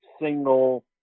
single